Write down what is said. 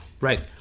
Right